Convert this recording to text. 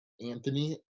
Anthony